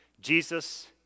Jesus